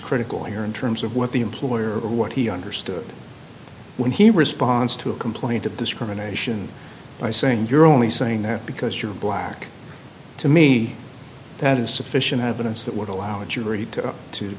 critical here in terms of what the employer or what he understood when he responds to a complaint of discrimination by saying you're only saying that because you're black to me that is sufficient evidence that would allow a jury to